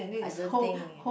I don't think it